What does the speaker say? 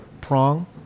Prong